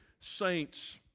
saints